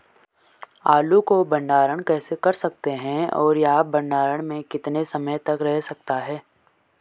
आलू को भंडारण कैसे कर सकते हैं और यह भंडारण में कितने समय तक रह सकता है?